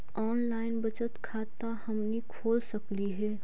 Online बचत खाता हमनी खोल सकली हे?